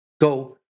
go